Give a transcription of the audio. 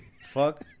fuck